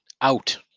Out